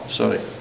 sorry